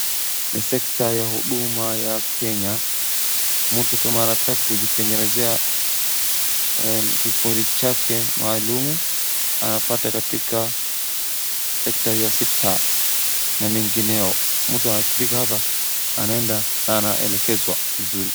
Ni sekta ya huduma ya Kenya. Mtu kama anataka kujitengenezea kikundi chake maalumu anapata katika sekta ya sita na mengineyo. Mtu akifika hapa anaenda na anaelekezwa vizuri.